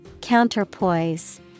Counterpoise